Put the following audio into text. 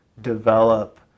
develop